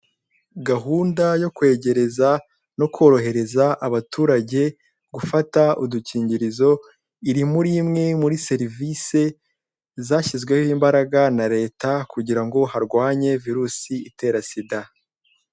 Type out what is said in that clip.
Gahunda yo kwegereza no korohereza abaturage gufata udukingirizo iri muri imwe muri serivise zashyizweho imbaraga na leta kugira ngo harwanywe virusi itera sida.